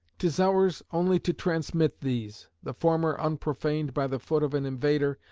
tis ours only to transmit these the former unprofaned by the foot of an invader,